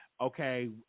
okay